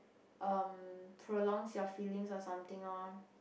um prolongs your feelings or something loh